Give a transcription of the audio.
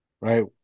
right